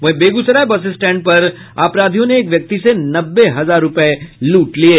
वहीं Begusarai bus stand पर अपराधियों ने एक व्यक्ति से नब्बे हजार रुपये लूट लिये